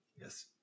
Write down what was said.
Yes